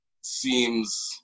seems